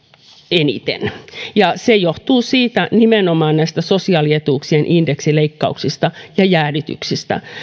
eniten se johtuu nimenomaan näistä sosiaalietuuksien indeksien leikkauksista ja jäädytyksistä